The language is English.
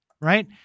right